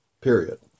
Period